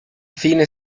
fine